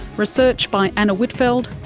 research by anna whitfeld,